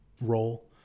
role